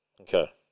Okay